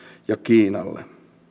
ja kiinalle